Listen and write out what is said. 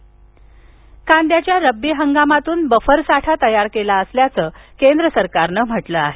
कांदा बफर साठा कांद्याच्या रब्बी हंगामातून बफर साठा तयार केला असल्याचं केंद्र सरकारनं सांगितलं आहे